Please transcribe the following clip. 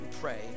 pray